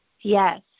yes